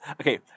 Okay